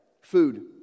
Food